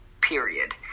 period